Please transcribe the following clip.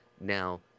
Now